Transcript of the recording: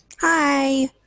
Hi